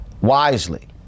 wisely